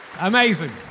Amazing